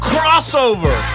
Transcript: Crossover